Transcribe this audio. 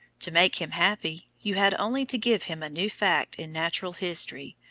to make him happy you had only to give him a new fact in natural history,